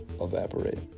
evaporate